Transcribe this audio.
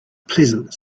pleasant